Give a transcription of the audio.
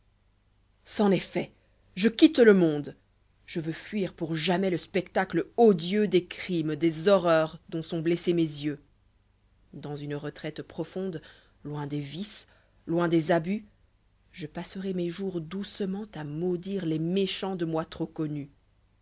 ces est fait je quitte le monde je veux fuir pour jamais le spectacle odieux des crimes des horreurs dont sont blessés mes yeux dans une retraité profonds loin des vices loin des abus je passerai mes jours doucement à maudire les méchants de moi trop connus